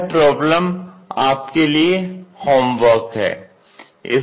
यह प्रॉब्लम आप के लिए होमवर्क है